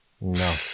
no